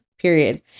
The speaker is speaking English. period